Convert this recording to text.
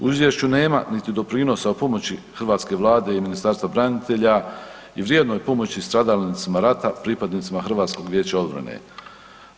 U izvješću nema niti doprinosa pomoći hrvatske Vlade i Ministarstva branitelja i vrijednoj pomoći stradalnicima rata, pripadnicima HVO-a.